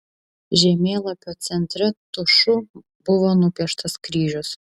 žemėlapio centre tušu buvo nupieštas kryžius